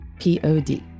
P-O-D